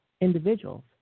individuals